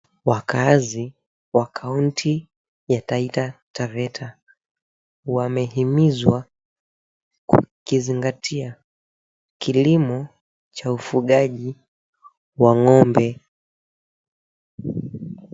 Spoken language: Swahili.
Wakaazi wa kaunti ya Taita Taveta wamehimizwa kukizingatia kilimo cha ufugaji wa ng'ombe.